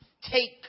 take